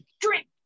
drink